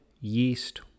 yeast